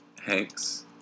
Hanks